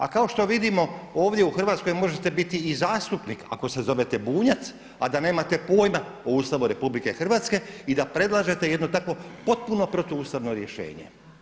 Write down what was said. A kao što vidimo ovdje u Hrvatskoj možete biti i zastupnik ako se zovete Bunjac a da nemate pojma o Ustavu RH i da predlažete jedno takvo potpuno protuustavno rješenje.